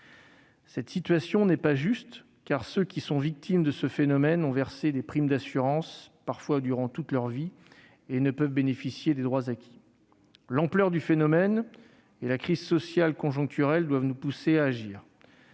retraite. Elle n'est pas juste, car, alors que les victimes de ce phénomène ont parfois versé des primes d'assurance toute leur vie, elles ne peuvent bénéficier des droits acquis. L'ampleur du phénomène et la crise sociale conjoncturelle doivent nous pousser à agir.